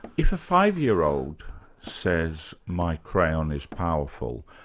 if a five-year-old says my crayon is powerful,